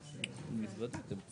פרויקט ארוך